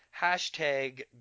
Hashtag